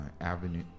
Avenue